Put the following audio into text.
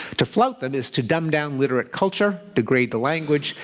to flout them is to dumb down literate culture, degrade the language,